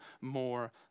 more